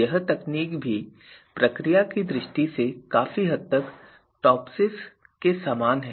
यह तकनीक भी प्रक्रिया की दृष्टि से काफी हद तक टॉपसिस के समान है